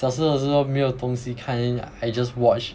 小时候的时候没有东西看 then I just watch